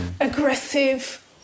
aggressive